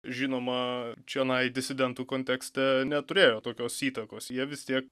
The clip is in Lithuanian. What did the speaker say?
žinoma čionai disidentų kontekste neturėjo tokios įtakos jie vis tiek